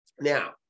Now